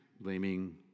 blaming